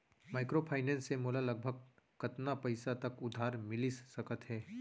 Microfinance से मोला लगभग कतना पइसा तक उधार मिलिस सकत हे?